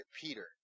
Peter